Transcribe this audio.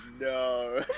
no